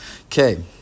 Okay